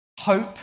Hope